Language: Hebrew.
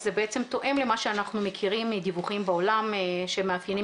זה בעצם תואם למה שאנחנו מכירים מדיווחים בעולם שמאפיינים